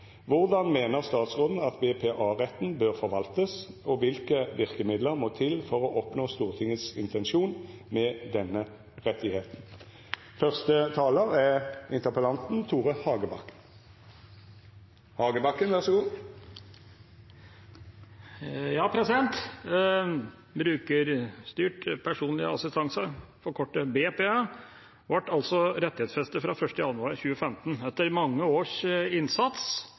hvordan mener statsråden at BPA-retten bør forvaltes, og hvilke virkemidler mener hun må til for å oppnå Stortingets intensjon med denne rettigheten? Ordningen med brukerstyrt personlig assistanse, altså BPA, er en ordning som engasjerer mange.